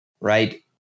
right